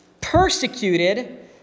persecuted